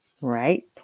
right